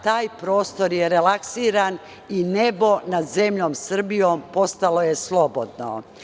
Taj prostor je relaksiran i nebo nad zemljom Srbijom postalo je slobodno.